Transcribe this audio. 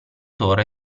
torre